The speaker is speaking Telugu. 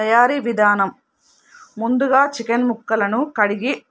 తయారీ విధానం ముందుగా చికెన్ ముక్కలను కడిగి